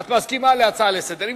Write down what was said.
את מסכימה להצעה לסדר-היום?